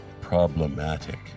Problematic